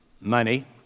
money